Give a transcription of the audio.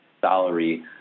salary